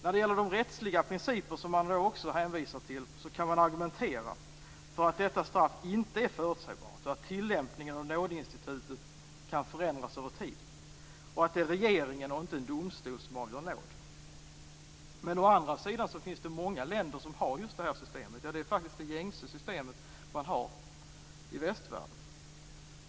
När det gäller de rättsliga principer som man också hänvisar till, kan man argumentera för att detta straff inte är förutsägbart, att tillämpningen av nådeinstitutet kan förändras över tid och att det är regeringen och inte en domstol som beslutar om nåd. Men å andra sidan finns det många länder som har just det här systemet. Det är faktiskt det gängse systemet i västvärlden.